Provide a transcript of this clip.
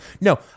No